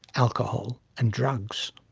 alcohol and drugs.